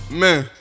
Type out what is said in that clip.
man